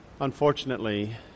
Unfortunately